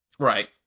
Right